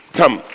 come